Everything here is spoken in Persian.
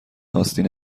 آستین